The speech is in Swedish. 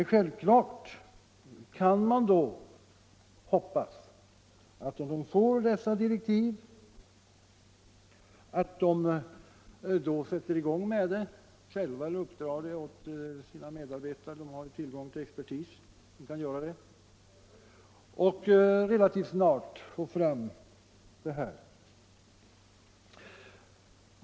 Om den får sådana direktiv kan man hoppas att den sätter i gång med en sådan undersökning antingen själv eller genom sina medarbetare — den har tillgång till expertis — och relativt snart får fram detta material.